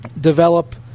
develop –